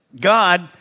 God